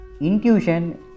Intuition